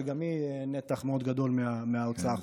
שגם היא נתח מאוד גדול מההוצאה החודשית.